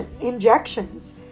injections